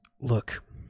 look